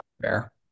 Fair